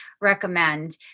recommend